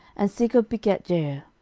and segub begat jair,